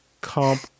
comp